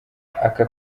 aka